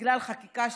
בגלל חקיקה,